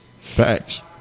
Facts